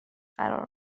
قرار